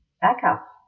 backup